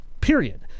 Period